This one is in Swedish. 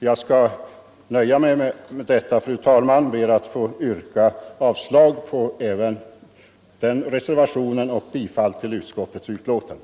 Jag skall, fru talman, nöja mig med detta och ber att få yrka avslag även på den reservationen och bifall till utskottets hemställan.